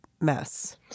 mess